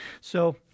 So-